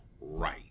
right